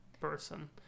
person